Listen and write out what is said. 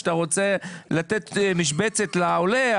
שאתה רוצה לתת משבצת לעולה,